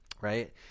right